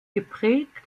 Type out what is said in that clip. geprägt